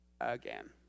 again